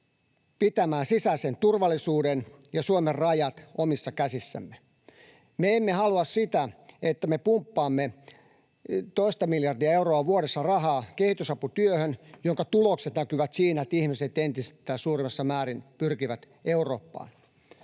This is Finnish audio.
pitämään sisäisen turvallisuuden ja Suomen rajat omissa käsissämme. Me emme halua sitä, että me pumppaamme toista miljardia euroa vuodessa rahaa kehitysaputyöhön, jonka tulokset näkyvät siinä, että ihmiset entistä suuremmassa määrin pyrkivät Eurooppaan.